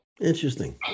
Interesting